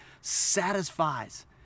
satisfies